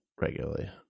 regularly